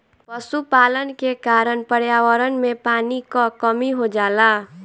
पशुपालन के कारण पर्यावरण में पानी क कमी हो जाला